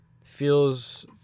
Feels